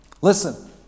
Listen